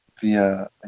via